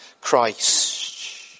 Christ